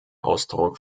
ausdruck